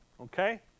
Okay